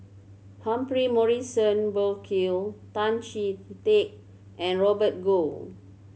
Humphrey Morrison Burkill Tan Chee Teck and Robert Goh